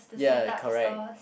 ya correct